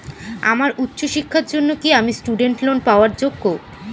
আমার উচ্চ শিক্ষার জন্য কি আমি স্টুডেন্ট লোন পাওয়ার যোগ্য?